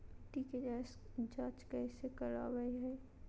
मिट्टी के जांच कैसे करावय है?